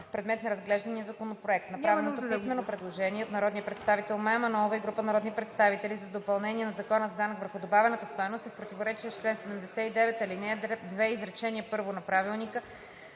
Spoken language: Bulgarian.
предмет на разглеждания законопроект. Направеното писмено предложение от народния представител Мая Манолова и група народни представители за допълнение на Закона за данък върху добавената стойност е в противоречие с чл. 79, ал. 2. изречение първо от Правилника